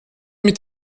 mit